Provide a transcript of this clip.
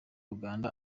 uganda